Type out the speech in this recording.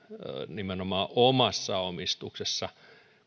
nimenomaan omassa omistuksessa